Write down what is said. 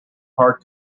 hard